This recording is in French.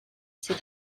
ses